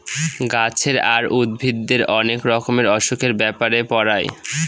গাছের আর উদ্ভিদের অনেক রকমের অসুখের ব্যাপারে পড়ায়